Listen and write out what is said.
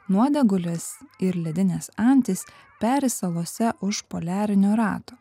nuodėgulės ir ledinės antys peri salose už poliarinio rato